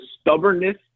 stubbornness